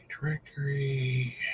directory